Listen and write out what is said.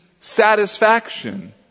satisfaction